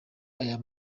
aya